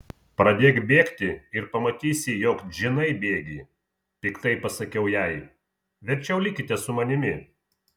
pradėk bėgti ir pamatysi jog džinai bėgi piktai pasakiau jai verčiau likite su manimi